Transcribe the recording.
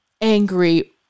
angry